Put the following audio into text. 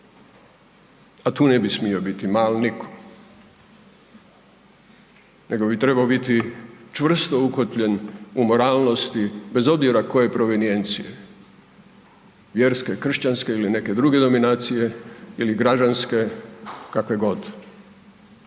a tu ne bi smio biti mal nitko nego bi trebao biti čvrsto ukotvljen u moralnosti bez obzira koje provenijencije vjerske, kršćanske ili neke druge dominacije ili građanske kakve god.